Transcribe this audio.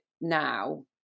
now